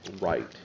right